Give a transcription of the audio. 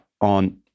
on